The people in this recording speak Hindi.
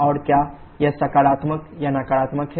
और क्या यह सकारात्मक या नकारात्मक है